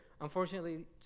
Unfortunately